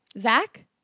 Zach